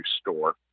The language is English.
store